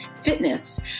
fitness